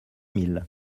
mille